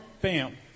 Bam